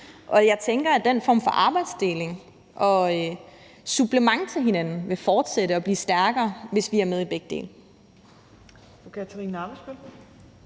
og jeg tænker, at den form for arbejdsdeling og supplement til hinanden vil fortsætte og blive stærkere, hvis vi er med i begge dele.